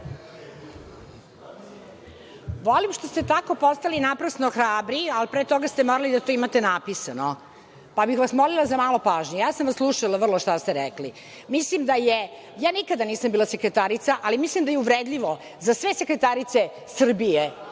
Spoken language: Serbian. Volim što ste tako postali naprasno hrabri, ali pre toga ste morali da to imate napisano. Pa bih vas molila za malo pažnje, ja sam vas slušala šta ste rekli. Nikada nisam bila sekretarica, ali mislim da je uvredljivo za sve sekretarice Srbije